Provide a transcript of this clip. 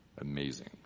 Amazing